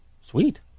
Sweet